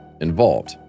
involved